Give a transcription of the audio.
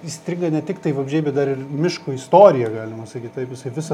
įstringa ne tiktai vabzdžiai bet dar ir miško istorija galima sakyt taip jisai visa